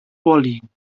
vorliegen